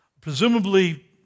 presumably